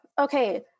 Okay